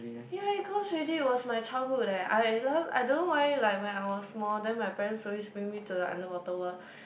ya it close already it was my childhood leh I I don't know why like when I was small then my parents always bring me to the underwater world